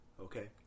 Okay